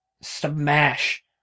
smash